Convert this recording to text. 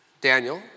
Daniel